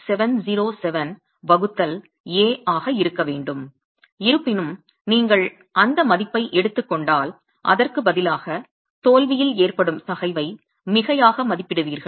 707 வகுத்தல் A ஆக இருக்க வேண்டும் இருப்பினும் நீங்கள் அந்த மதிப்பை எடுத்துக் கொண்டால் அதற்குப் பதிலாக தோல்வியில் ஏற்படும் தகைவை மிகையாக மதிப்பிடுவீர்கள்